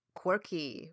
quirky